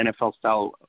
NFL-style